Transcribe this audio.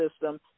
system